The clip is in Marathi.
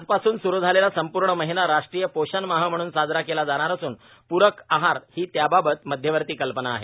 आज पासून सुरू झालेला संपूर्ण महिना राष्ट्रीय पोषण माह म्हणून साजरा केला जाणार असून पूरक आहार ही त्याबाबत मध्यवर्ती कल्पना आहे